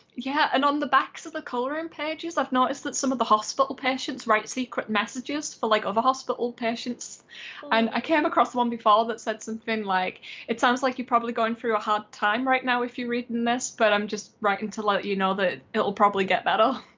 yeah, and on the backs of the coloring pages i've noticed that some of the hospital patients write secret messages for like over hospital patients and i came across one before that said something like it sounds like you're probably going through a hard time right now if you reading this, but i'm just writing to let you know that it'll probably get better.